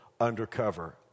undercover